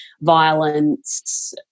violence